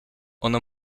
one